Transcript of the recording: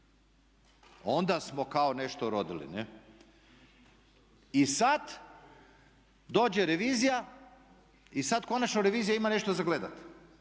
Onda smo kao nešto urodili, ne. I sad dođe revizija i sad konačno revizija ima nešto za gledat.